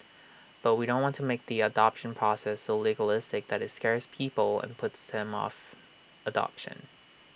but we don't want to make the adoption process so legalistic that IT scares people and puts them off adoption